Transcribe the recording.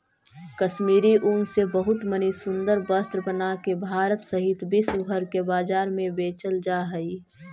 कश्मीरी ऊन से बहुत मणि सुन्दर वस्त्र बनाके भारत सहित विश्व भर के बाजार में बेचल जा हई